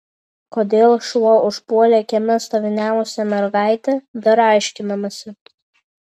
kodėl šuo užpuolė kieme stoviniavusią mergaitę dar aiškinamasi